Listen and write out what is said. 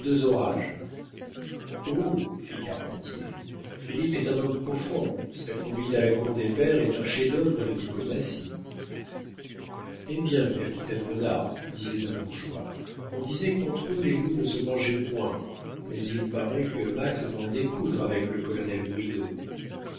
orages oh fit carpentier philippe est un homme profond sa conduite à la cour des pairs est un chef-d'œuvre de diplomatie hé bien capitaine renard disait un bourgeois on disait qu'entre eux les loups ne se mangeaient point mais il paraît que max va en découdre avec le colonel bridau